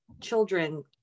children